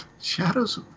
Shadows